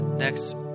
next